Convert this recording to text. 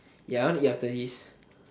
ya I want to eat after this